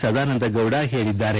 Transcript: Sadananda Gowda ಹೇಳಿದ್ಲಾರೆ